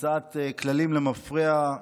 המצאת כללים למפרע.